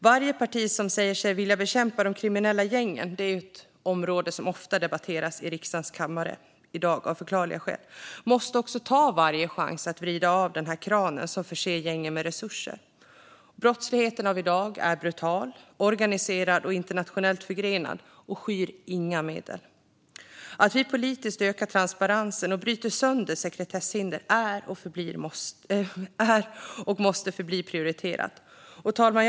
Varje parti som säger sig vilja bekämpa de kriminella gängen - det är ett område som av förklarliga skäl ofta debatteras i riksdagens kammare i dag - måste också ta varje chans att vrida åt den kran som förser gängen med resurser. Brottsligheten av i dag är brutal, organiserad och internationellt förgrenad och skyr inga medel. Att vi politiskt ökar transparensen och bryter sönder sekretesshinder är och måste förbli prioriterat. Fru talman!